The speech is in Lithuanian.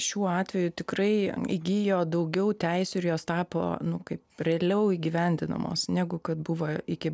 šiuo atveju tikrai įgijo daugiau teisių ir jos tapo nu kaip realiau įgyvendinamos negu kad buvo iki